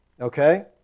Okay